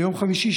ביום חמישי,